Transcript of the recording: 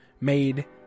made